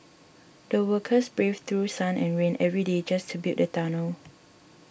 the workers braved through sun and rain every day just to build the tunnel